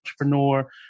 entrepreneur